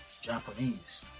Japanese